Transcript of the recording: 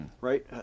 right